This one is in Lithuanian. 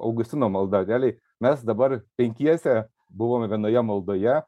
augustino malda realiai mes dabar penkiese buvome vienoje maldoje